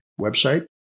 website